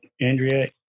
Andrea